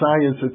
science